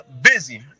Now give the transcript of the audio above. busy